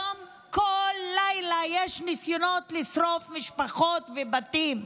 כיום בכל לילה יש ניסיונות לשרוף משפחות ובתים.